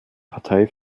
partei